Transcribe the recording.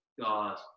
god